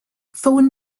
phone